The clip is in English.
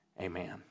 Amen